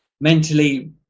mentally